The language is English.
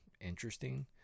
interesting